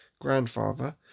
grandfather